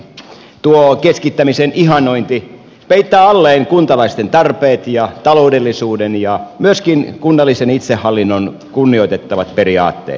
tuo keskittämisen ihannointi peittää alleen kuntalaisten tarpeet ja taloudellisuuden ja myöskin kunnallisen itsehallinnon kunnioitettavat periaatteet